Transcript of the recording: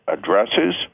Addresses